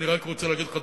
אני רק רוצה להגיד לך,